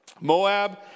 Moab